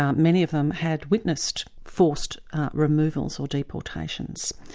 um many of them had witnessed forced removals or deportations,